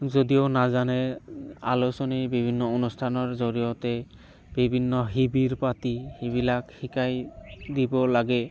যদিও নাজানে আলোচনী বিভিন্ন অনুষ্ঠানৰ জৰিয়তে বিভিন্ন শিবিৰ পাতি সিবিলাক শিকাই দিব লাগে